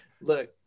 look